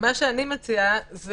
אני מציעה,